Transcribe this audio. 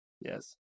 Yes